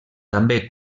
també